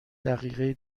دقیقه